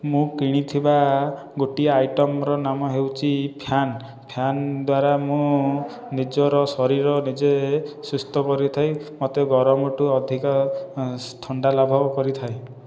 ମୁଁ କିଣିଥିବା ଗୋଟିଏ ଆଇଟମର ନାମ ହେଉଛି ଫ୍ୟାନ ଫ୍ୟାନ ଦ୍ଵାରା ମୁଁ ନିଜର ଶରୀର ନିଜେ ସୁସ୍ଥ କରିଥାଏ ମୋତେ ଗରମଠୁ ଅଧିକ ଥଣ୍ଡା ଲାଭ କରିଥାଏ